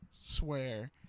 swear